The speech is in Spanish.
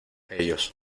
ellos